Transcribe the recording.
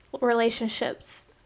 relationships